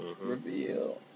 Reveal